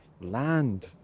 land